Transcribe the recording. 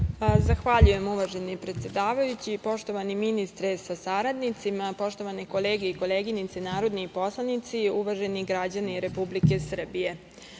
Zahvaljujem, uvaženi predsedavajući. Poštovani ministre sa saradnicima, poštovane kolege i koleginice narodni poslanici, uvaženi građani REpublike Srbije,